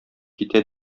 китә